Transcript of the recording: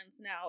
now